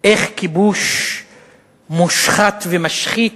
איך כיבוש מושחת ומשחית,